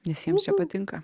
nes jiems čia patinka